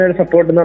support